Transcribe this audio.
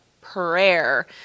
prayer